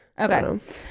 okay